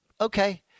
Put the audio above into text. okay